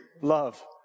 love